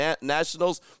Nationals